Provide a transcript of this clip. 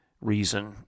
reason